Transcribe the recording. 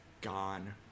gone